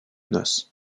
noce